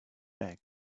bag